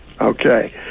Okay